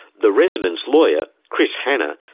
the residents' lawyer, kris hanna,